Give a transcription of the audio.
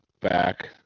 back